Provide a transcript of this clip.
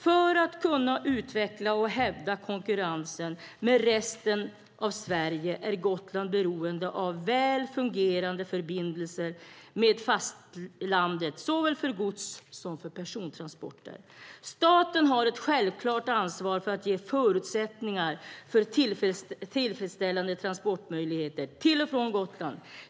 För att kunna utvecklas och hävda sig i konkurrensen med resten av Sverige är Gotland beroende av väl fungerande förbindelser med fastlandet såväl för gods som för persontransporter. Staten har ett självklart ansvar för att ge förutsättningar för tillfredsställande transportmöjligheter till och från Gotland.